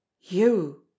You